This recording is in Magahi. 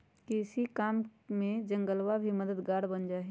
कृषि काम में जंगलवा भी मददगार बन जाहई